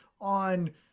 on